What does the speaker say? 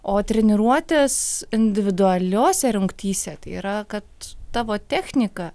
o treniruotės individualiose rungtyse tai yra kad tavo technika